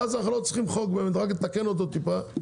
ואז אנחנו לא צריכים חוק רק נתקן אותו טיפה.